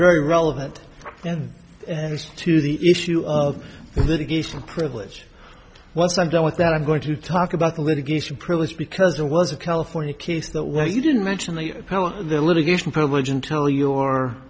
very relevant and to the issue of litigation privilege once i'm done with that i'm going to talk about the litigation privilege because there was a california case that where you didn't mention the the litigation privilege and tell your